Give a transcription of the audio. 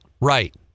right